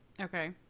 Okay